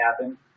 happen